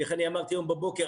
איך אמרתי היום בבוקר?